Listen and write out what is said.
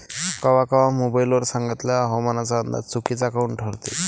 कवा कवा मोबाईल वर सांगितलेला हवामानाचा अंदाज चुकीचा काऊन ठरते?